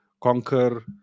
conquer